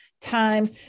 time